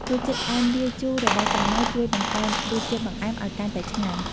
រសជាតិផ្អែមលាយជូររបស់សាវម៉ាវជួយបង្កើនរសជាតិបង្អែមឱ្យកាន់តែឆ្ងាញ់។